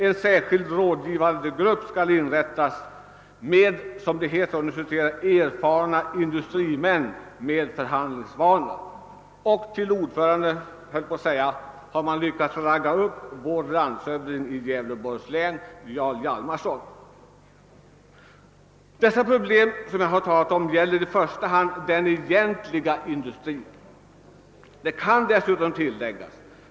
En särskild rådgivande grupp skall inrättas, omfattande »erfarna industri män med förhandlingsvana», och till ordförande har man lyckats »ragga upp» vår landshövding i Gävleborgs län, Jarl Hjalmarson. Dessa problem gäller i första hand den egentliga industrin.